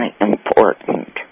important